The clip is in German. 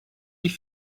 die